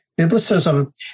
Biblicism